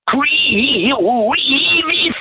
Creepy